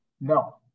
No